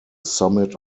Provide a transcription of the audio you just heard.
summit